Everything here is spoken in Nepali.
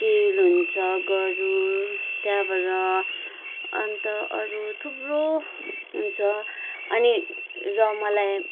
चिल हुन्छ गरुड त्यहाँबड अन्त अरू थुप्रो हुन्छ अनि र मलाई